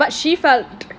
but she felt